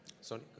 Sorry